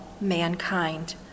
mankind